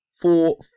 four